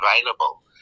available